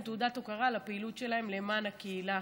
תעודת הוקרה על הפעילות שלהם למען הקהילה.